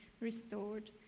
restored